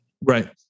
Right